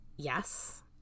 Yes